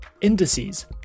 indices